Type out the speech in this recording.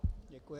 Děkuji.